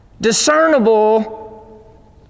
discernible